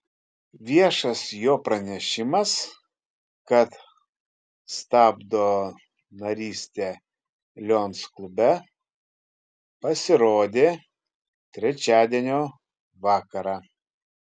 viešas jo pranešimas kad stabdo narystę lions klube pasirodė trečiadienio vakarą